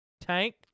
Tank